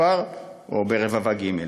בכפר או ברבבה ג'.